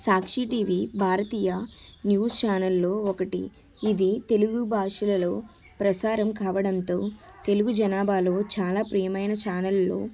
సాక్షి TV భారతీయ news చానల్లో ఒకటి ఇది తెలుగు భాషలలో ప్రసారం కావడంతో తెలుగు జనాభాలో చాలా ప్రియమైన ఛానల్లో